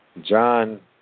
John